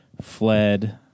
fled